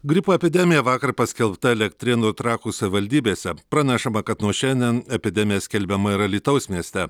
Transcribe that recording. gripo epidemija vakar paskelbta elektrėnų trakų savivaldybėse pranešama kad nuo šiandien epidemija skelbiama ir alytaus mieste